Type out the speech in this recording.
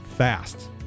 fast